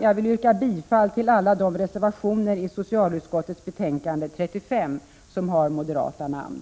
Jag vill yrka bifall till alla de reservationer i socialutskottets betänkande 35 som har moderata namn.